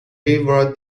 river